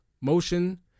motion